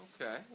Okay